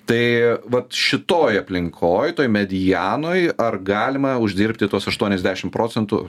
tai vat šitoj aplinkoj toj medianoj ar galima uždirbti tuos aštuonis dešim procentų